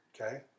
okay